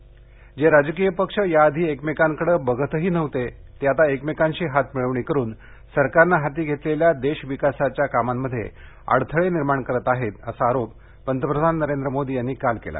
मोदीः जे राजकीय पक्ष याआधी एकमेकांकडे बघतही नव्हते ते आता एकमेकांशी हातमिळवणी करून सरकारनं हाती घेतलेल्या देश विकासाच्या कामांमध्ये अडथळे निर्माण करत आहेत असा आरोप पंतप्रधान नरेंद्र मोदी यांनी काल केला